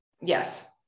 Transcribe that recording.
yes